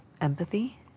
empathy